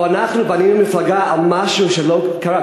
או שאנחנו בנינו מפלגה על משהו שלא קרה.